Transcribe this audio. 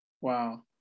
wow